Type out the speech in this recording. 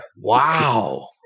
Wow